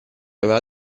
aveva